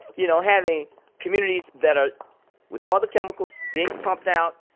you know, having communities that are with all the chemicals being pumped out,